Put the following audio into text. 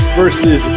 versus